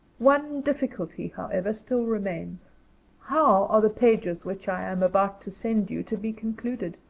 one difficulty, however, still remains how are the pages which i am about to send you to be concluded?